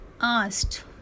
asked